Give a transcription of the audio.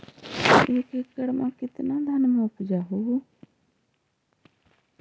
एक एकड़ मे कितना धनमा उपजा हू?